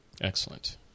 Excellent